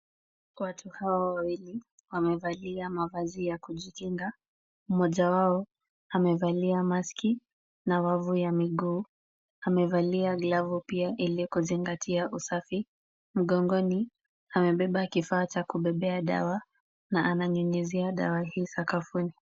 Watu hawa wawili wamevalia mavazi ya kujikinga. Mmoja wao amevalia maski na wavu ya miguu. Amevalia glavu pia ili kuzingatia usafi. Mgongoni amebeba kifaa cha kubebea dawa na ananyunyizia dawa hii sakafuni.